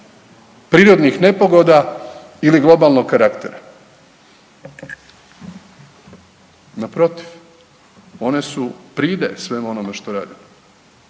prirodnih nepogoda ili globalnog karaktera. Naprotiv, one su pride svemu onome što radimo